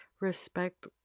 respect